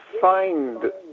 find